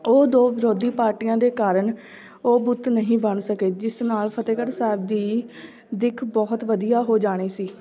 ਉਹ ਦੋ ਵਿਰੋਧੀ ਪਾਰਟੀਆਂ ਦੇ ਕਾਰਨ ਉਹ ਬੁੱਤ ਨਹੀਂ ਬਣ ਸਕੇ ਜਿਸ ਨਾਲ਼ ਫਤਿਹਗੜ੍ਹ ਸਾਹਿਬ ਦੀ ਦਿੱਖ ਬਹੁਤ ਵਧੀਆ ਹੋ ਜਾਣੀ ਸੀ